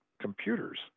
computers